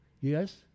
Yes